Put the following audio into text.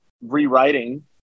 rewriting